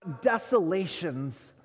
desolations